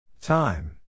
Time